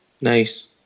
Nice